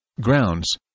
grounds